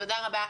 תודה רבה.